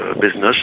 business